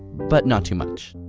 but not too much!